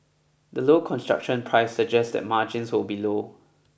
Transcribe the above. the low construction price suggests that margins will be low